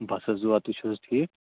بَس حظ دُعا تُہۍ چھُو حظ ٹھیٖک